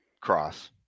cross